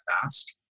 fast